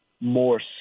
more